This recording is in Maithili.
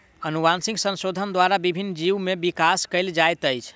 अनुवांशिक संशोधन द्वारा विभिन्न जीव में विकास कयल जाइत अछि